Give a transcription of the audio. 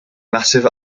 massive